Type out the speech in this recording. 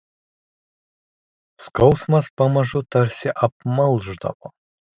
skausmas pamažu tarsi apmalšdavo